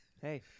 Hey